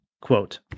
Quote